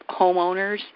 homeowners